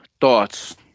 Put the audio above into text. Thoughts